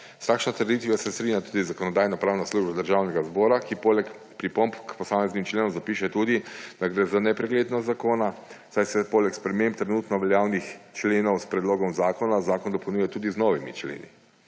S takšno trditvijo se strinja tudi Zakonodajno-pravna služba Državnega zbora, ki poleg pripomb k posameznim členom zapiše tudi, da gre za nepreglednost zakona, saj se poleg sprememb trenutno veljavnih členov s predlogom zakona zakon dopolnjuje tudi z novimi členi.